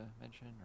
mention